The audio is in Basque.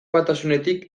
batasunetik